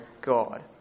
God